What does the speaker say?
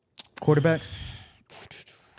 Quarterbacks